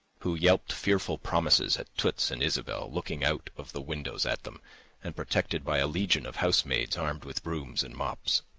who yelped fearful promises at toots and ysabel looking out of the windows at them and protected by a legion of housemaids armed with brooms and mops.